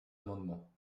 amendement